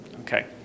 Okay